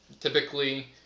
Typically